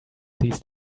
these